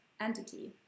entity